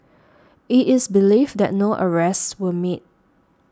it is believed that no arrests were made